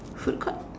food court